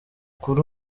kuri